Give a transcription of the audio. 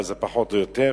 אבל זה פחות או יותר,